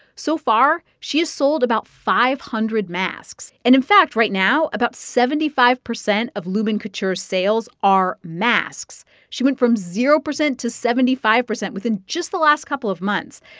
so far, she has sold about five hundred masks. and, in fact, right now about seventy five percent of lumen couture's sales are masks. she went from zero percent to seventy five percent within just the last couple of months.